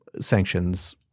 sanctions